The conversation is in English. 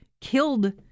killed